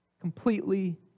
completely